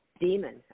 demon